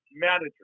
Manager